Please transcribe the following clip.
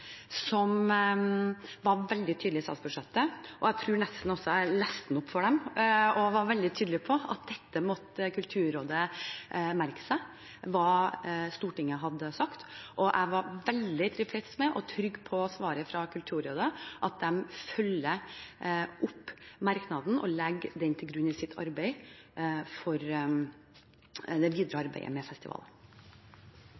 som var veldig tydelig, i forbindelse med statsbudsjettet, og jeg tror også jeg leste den opp for dem. Jeg var veldig tydelig på at Kulturrådet måtte merke seg hva Stortinget hadde sagt, og jeg var veldig tilfreds med og trygg på svaret fra Kulturrådet om at de følger opp merknaden og legger den til grunn for sitt videre arbeid